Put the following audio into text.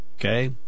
okay